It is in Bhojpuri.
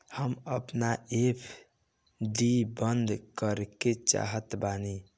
हम अपन एफ.डी बंद करेके चाहातानी